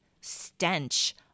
stench